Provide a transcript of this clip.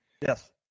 Yes